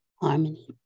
Harmony